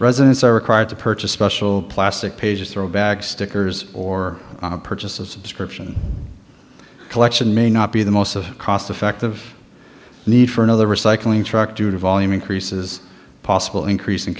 residents are required to purchase special plastic pages throwbacks stickers or purchases a description collection may not be the most of cost effective need for another recycling truck due to volume increases possible increasing